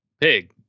Pig